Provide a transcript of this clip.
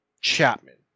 Chapman